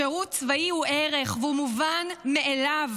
שירות צבאי הוא ערך והוא מובן מאליו.